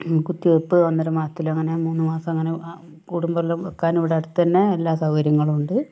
കുത്തിവെപ്പ് ഒന്നര മാസത്തിലങ്ങനെ മൂന്ന് മാസം അങ്ങനെ കൂടുമ്പോൾ എല്ലാം വയ്ക്കാൻ ഇവിടെ അടുത്തുതന്നെ എല്ലാ സൗകര്യങ്ങളും ഉണ്ട്